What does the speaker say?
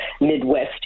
Midwest